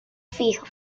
fijo